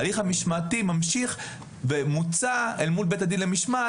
ההליך המשמעתי ממשיך ומוצה אל מול בית הדין למשמעת.